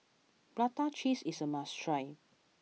Prata Cheese is a must try